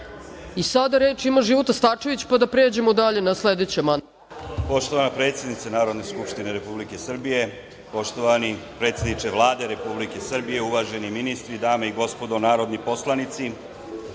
Poslovniku. Reč ima Života Starčević, pa da pređemo dalje na sledeći amandman. **Života Starčević** Poštovana predsednice Narodne skupštine Republike Srbije, poštovani predsedniče Vlade Republike Srbije, uvaženi ministri, dame i gospodo narodni poslanici,